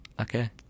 okay